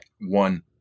one